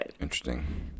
interesting